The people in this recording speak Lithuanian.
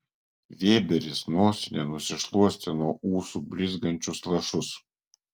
vėberis nosine nusišluostė nuo ūsų blizgančius lašus